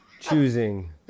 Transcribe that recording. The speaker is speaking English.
choosing